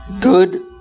good